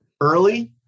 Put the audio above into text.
Early